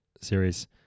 series